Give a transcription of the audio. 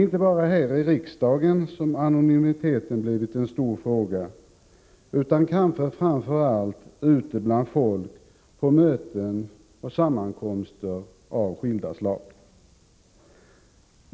Inte bara i riksdagen har anonymiteten blivit en stor fråga utan framför allt ute bland folk på möten och sammankomster av olika slag.